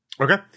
Okay